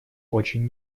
очень